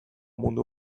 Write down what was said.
mundu